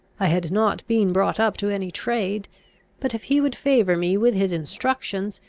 i had not been brought up to any trade but, if he would favour me with his instructions,